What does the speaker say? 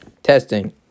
Testing